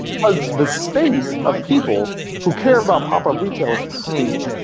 because the space of people who care about pop-up retail is tiny.